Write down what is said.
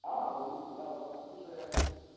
हँ हँ मन्दिरपर पुजाके व्यवस्था सब किछु हइ की